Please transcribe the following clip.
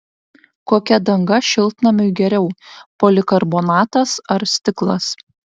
kokia danga šiltnamiui geriau polikarbonatas ar stiklas